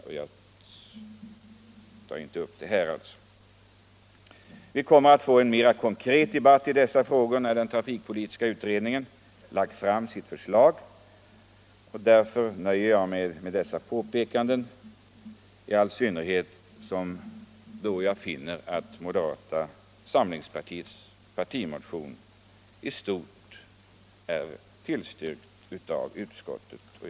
Jag skall därför inte vidare utveckla dem. Vi kommer att få en mer konkret debatt i dessa frågor när den trafikpolitiska utredningen framlagt sitt förslag. Därför nöjer jag mig med dessa påpekanden, i all synnerhet som jag finner att moderata samlingspartiets partimotion i stort har tillstyrkts av utskottet.